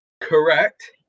correct